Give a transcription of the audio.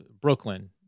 Brooklyn